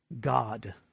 God